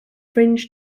fringe